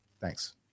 Thanks